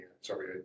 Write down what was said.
Sorry